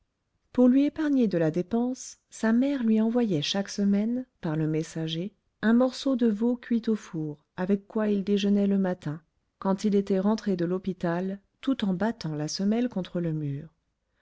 pour lui épargner de la dépense sa mère lui envoyait chaque semaine par le messager un morceau de veau cuit au four avec quoi il déjeunait le matin quand il était rentré de l'hôpital tout en battant la semelle contre le mur